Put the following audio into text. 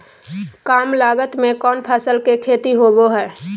काम लागत में कौन फसल के खेती होबो हाय?